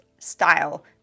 style